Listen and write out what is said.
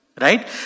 right